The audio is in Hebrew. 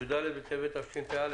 י"ד בטבת, התשפ"א.